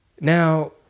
now